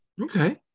Okay